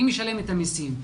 אני משלם את המיסים.